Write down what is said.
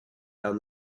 down